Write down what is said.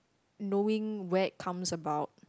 knowing where it comes about